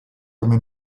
come